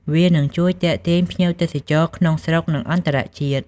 វានឹងជួយទាក់ទាញភ្ញៀវទេសចរក្នុងស្រុកនិងអន្តរជាតិ។